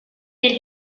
del